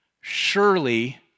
Surely